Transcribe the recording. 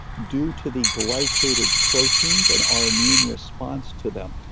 due to the glycated proteins and our immune response to them.